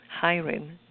hiring